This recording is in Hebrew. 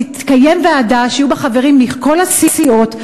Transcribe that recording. תהיה ועדה שיהיו בה חברים מכל הסיעות,